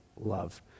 love